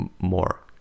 more